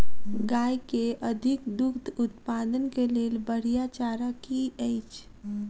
गाय केँ अधिक दुग्ध उत्पादन केँ लेल बढ़िया चारा की अछि?